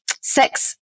sex